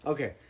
Okay